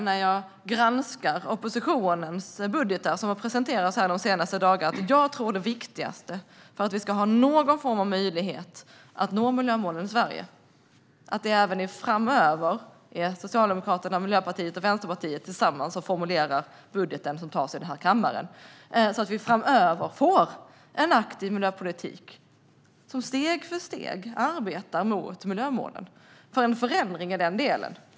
När jag granskar oppositionens budgetar, som har presenterats de senaste dagarna, kan jag konstatera att jag tror att det viktigaste för att vi ska ha någon möjlighet att nå miljömålen i Sverige är att det även framöver är Socialdemokraterna, Miljöpartiet och Vänsterpartiet som tillsammans formulerar den budget som beslutas om i denna kammare. Vi behöver detta för att få en aktiv miljöpolitik, som steg för steg arbetar mot miljömålen.